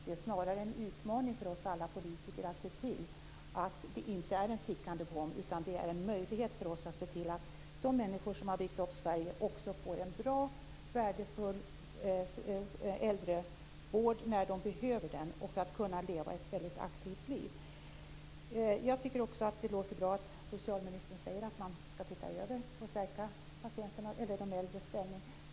Det är snarare en utmaning för oss alla politiker att se till att det inte är en tickande bomb utan en möjlighet för oss att se till att de människor som har byggt upp Sverige också får en bra och värdefull äldrevård när de behöver den och att de kan leva ett aktivt liv. Jag tycker också att det låter bra att socialministern säger att man skall se över detta och stärka de äldres ställning.